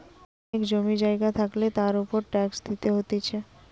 অনেক জমি জায়গা থাকলে তার উপর ট্যাক্স দিতে হতিছে